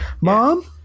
mom